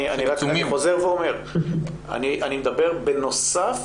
אני חוזר ואומר, אני מדבר בנוסף